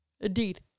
indeed